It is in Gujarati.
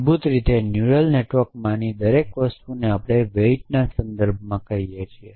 મૂળભૂત રીતે ન્યુરલ નેટવર્કમાંની દરેક વસ્તુને આપણે વેઇટના સંદર્ભમાં કહીએ છીએ